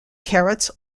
carrots